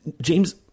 James